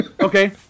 Okay